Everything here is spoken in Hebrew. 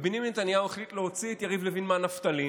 ובנימין נתניהו החליט להוציא את יריב לוין מהנפטלין